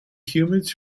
humans